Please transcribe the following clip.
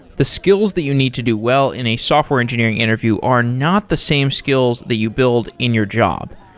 the skills that you need to do well in a software engineering interview are not the same skills that you build in your job.